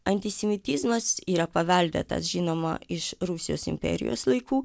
antisemitizmas yra paveldėtas žinoma iš rusijos imperijos laikų